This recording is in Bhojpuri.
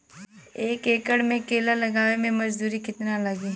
एक एकड़ में केला लगावे में मजदूरी कितना लागी?